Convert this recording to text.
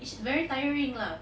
it's very tiring lah